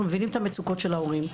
אנחנו מבינים את המצוקות של ההורים.